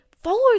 follow